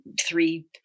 three